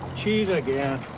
cheese again.